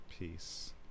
peace